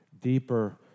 deeper